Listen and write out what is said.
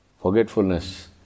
forgetfulness